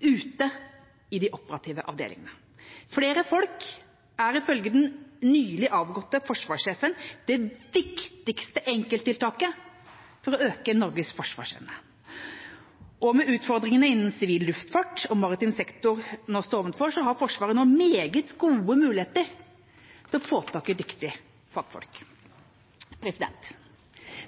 ute i de operative avdelingene. Flere folk er ifølge den nylig avgåtte forsvarssjefen det viktigste enkelttiltaket for å øke Norges forsvarsevne. Og med utfordringene sivil luftfart og maritim sektor nå står overfor, har Forsvaret meget gode muligheter til å få tak i dyktige fagfolk.